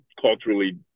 culturally